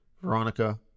Veronica